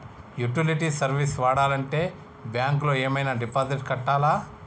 Utility service వాడాలంటే bank లో ఏమైనా డిపాజిట్ కట్టాలా?